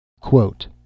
Quote